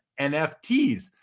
NFTs